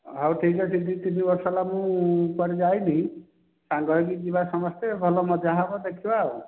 ହଉ ଠିକ୍ ଅଛି ଦୁଇ ତିନି ବର୍ଷ ହେଲା ମୁଁ କୁଆଡ଼େ ଯାଇନି ସାଙ୍ଗ ହୋଇକି ଯିବା ସମସ୍ତେ ଭଲ ମଜା ହେବ ଦେଖିବା ଆଉ